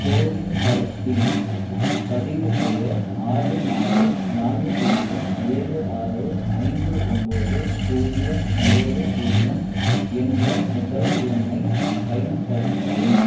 CoWIN தளத்தில் பதிவு செய்ய ஆறு நாலு நாலு பூஜ்ஜியம் ஏழு ஆறு ஐந்து ஒன்போது பூஜ்ஜியம் ஒன்போது பூஜ்ஜியம் என்ற மொபைல் எண்ணைப் பயன்படுத்தவும்